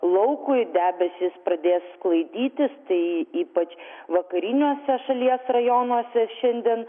laukui debesys pradės sklaidytis tai ypač vakariniuose šalies rajonuose šiandien